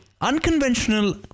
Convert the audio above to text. unconventional